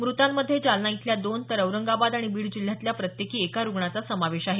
म्रतांमध्ये जालना इथल्या दोन तर औरंगाबाद आणि बीड जिल्ह्यातल्या प्रत्येकी एका रुग्णाचा समावेश आहे